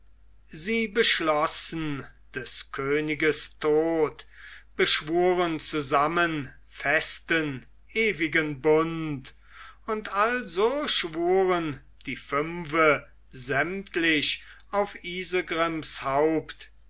sie beschlossen des königes tod beschworen zusammen festen ewigen bund und also schwuren die fünfe sämtlich auf isegrims haupt